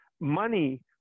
money